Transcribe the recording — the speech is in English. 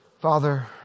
Father